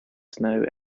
snow